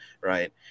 Right